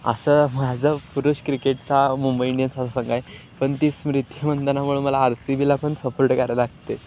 असं माझा पुरुष क्रिकेटचा मुंबई इंडियन्स असं संघ आहे पण ती स्मृती मंदानामुळे मला आर सी बीला पण सपोर्ट करायला लागतं आहे